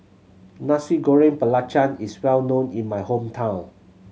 Nasi Goreng Belacan is well known in my hometown